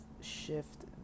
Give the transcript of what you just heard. shift